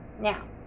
Now